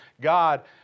God